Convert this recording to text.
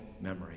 memory